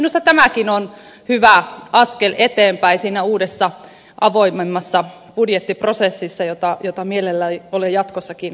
minusta tämäkin on hyvä askel eteenpäin siinä uudessa avoimemmassa budjettiprosessissa jota mielelläni olen jatkossakin kehittämässä